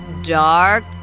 dark